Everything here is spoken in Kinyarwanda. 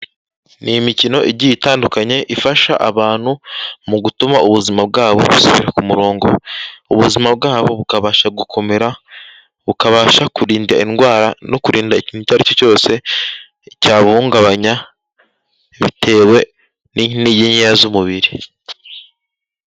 Ni imikino igiye itandukanye ifasha abantu mu gutuma ubuzima bwabo busubira ku murongo, ubuzima bwabo bukabasha gukomera, bukabasha kurinda indwara no kurinda ikintu icyo ari cyo cyose cyahungabanya bitewe n'intege nkeya z'umubiri.